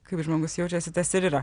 kaip žmogus jaučiasi tas ir yra